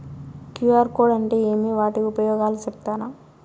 QR code అంటే ఏమి వాటి ఉపయోగాలు సెప్తారా?